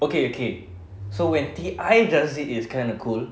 okay okay so when T_I does it it's kind of cool